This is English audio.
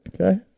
Okay